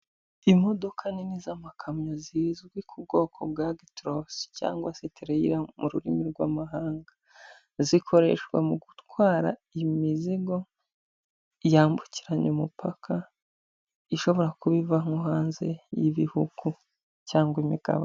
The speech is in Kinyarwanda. modoka nini z'amakamyo zizwi ku bwoko bwa agiturosi cyangwa tureyira mu rurimi rw'amahanga zikoreshwa mu gutwara imizigo yambukiranya umupaka ishobora kuba iva nko hanze y'ibihugu cyangwa imigabane.